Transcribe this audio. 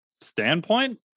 standpoint